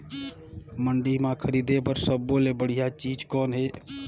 मंडी म खरीदे बर सब्बो ले बढ़िया चीज़ कौन हे?